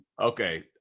okay